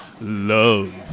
Love